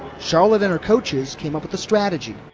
charlotte and her coaches came up with a strategy.